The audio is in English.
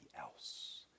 else